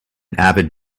avid